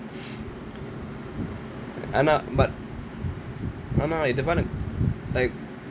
ஆனா:aanaa but ஆனா:aanaa like